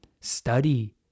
study